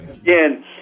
again